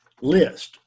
list